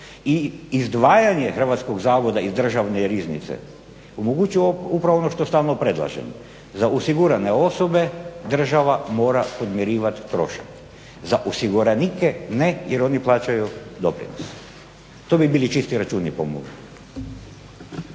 i izdvajanje Hrvatskog zavoda iz državne riznice omogućili upravo ono što stalno predlažemo. Za osigurane osobe država mora podmirivati trošak, za osiguranike ne jer oni plaćaju doprinos. To bi bili čisti računi po meni.